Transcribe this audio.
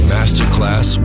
Masterclass